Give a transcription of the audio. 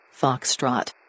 Foxtrot